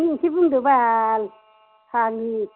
नों एसे बुंदोबाल फाग्लि